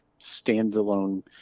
standalone